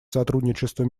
сотрудничества